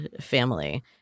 family